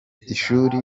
ishuri